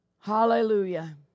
Hallelujah